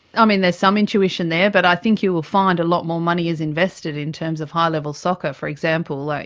i mean there's some intuition there, but i think you will find a lot more money is invested in terms of high level soccer. for example, like